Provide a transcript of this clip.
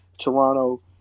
Toronto